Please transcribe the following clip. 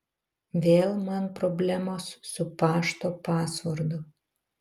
vėl man problemos su pašto pasvordu